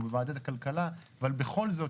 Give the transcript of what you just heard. הוא בוועדת הכלכלה אבל בכל זאת,